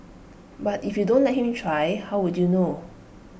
but if you don't let him try how would you know